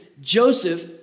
Joseph